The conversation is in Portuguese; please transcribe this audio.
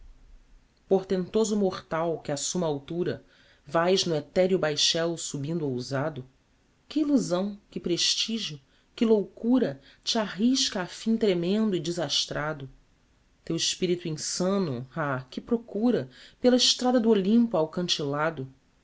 estancia portentoso mortal que á summa altura vaes no ethereo baixel subindo ousado que illusão que prestigio que loucura te arrisca a fim tremendo e desastrado teu espirito insano ah que procura pela estrada do olympo alcantilado não